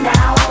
Now